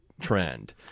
trend